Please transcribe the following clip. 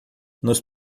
nos